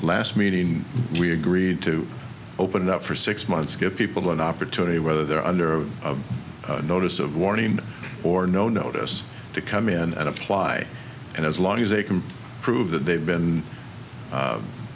last meeting we agreed to open up for six months give people an opportunity whether they're under notice of warning or no notice to come in and apply and as long as they can prove that they've been